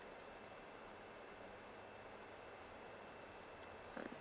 six